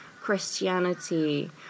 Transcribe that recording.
Christianity